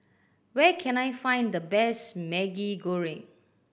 where can I find the best Maggi Goreng